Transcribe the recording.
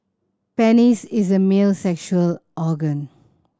penis is a male's sexual organ